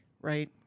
right